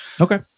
Okay